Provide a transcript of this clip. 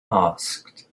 asked